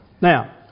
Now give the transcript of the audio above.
Now